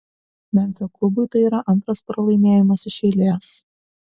memfio klubui tai yra antras pralaimėjimas iš eilės